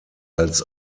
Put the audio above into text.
als